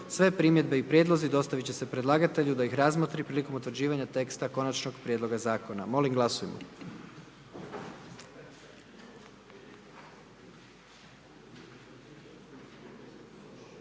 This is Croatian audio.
sve primjedbe i prijedlozi dostavit će se predlagatelju da ih razmotri prilikom utvrđivanja teksta konačnog prijedloga zakona, molim glasujmo.